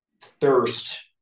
thirst